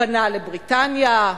פנה לבריטניה?